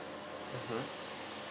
mmhmm